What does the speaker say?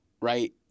right